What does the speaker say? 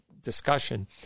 discussion